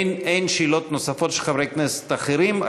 אין שאלות נוספות של חברי כנסת אחרים,